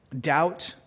doubt